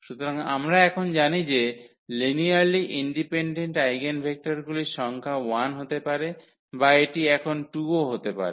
সুতরাং আমরা এখন জানি যে লিনিয়ালি ইন্ডিপেনডেন্ট আইগেনভেক্টরগুলির সংখ্যা 1 হতে পারে বা এটি এখন 2 ও হতে পারে